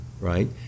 right